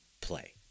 play